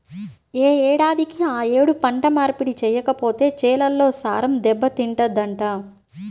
యే ఏడాదికి ఆ యేడు పంట మార్పిడి చెయ్యకపోతే చేలల్లో సారం దెబ్బతింటదంట